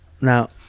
Now